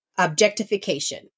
objectification